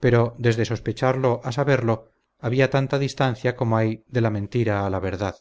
pero desde sospecharlo a saberlo había tanta distancia como hay de la mentira a la verdad